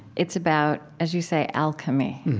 it's about, as you say, alchemy